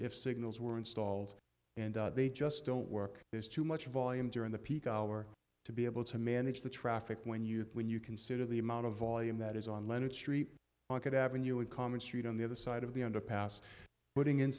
if signals were installed and they just don't work there's too much volume during the peak hour to be able to manage the traffic when you when you consider the amount of volume that is on lenox street on that avenue of common street on the other side of the underpass putting in